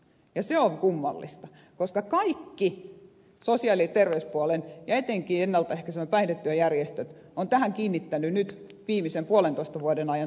se on kummallista koska kaikki sosiaali ja terveyspuolen ja etenkin ennalta ehkäisevän päihdetyön järjestöt ovat tähän kiinnittäneet nyt viimeisen puolentoista vuoden ajan toistuvasti huomiota